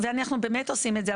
ואנחנו באמת עושים את זה,